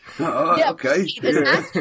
okay